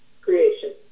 creation